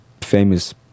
famous